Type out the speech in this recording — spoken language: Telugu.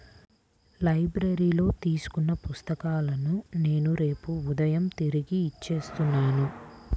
లైబ్రరీలో తీసుకున్న పుస్తకాలను నేను రేపు ఉదయం తిరిగి ఇచ్చేత్తాను